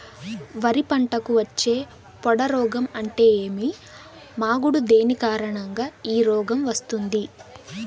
వరి పంటకు వచ్చే పొడ రోగం అంటే ఏమి? మాగుడు దేని కారణంగా ఈ రోగం వస్తుంది?